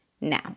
now